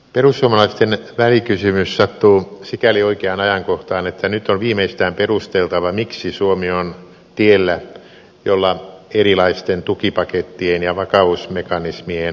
perussuomalaisten välikysymys sattuu sikäli oikeaan ajankohtaan että nyt on viimeistään perusteltava miksi suomi on tiellä jolla erilaisten tukipakettien ja vakausmekanismien loppua ei näy